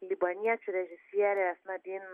libaniečių režisierės nadyn